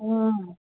हां